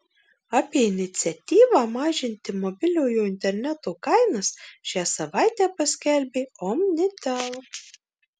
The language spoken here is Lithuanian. apie iniciatyvą mažinti mobiliojo interneto kainas šią savaitę paskelbė omnitel